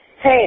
Hey